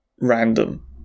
random